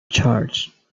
charge